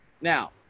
Now